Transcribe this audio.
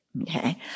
Okay